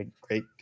great